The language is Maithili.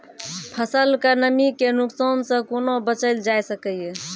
फसलक नमी के नुकसान सॅ कुना बचैल जाय सकै ये?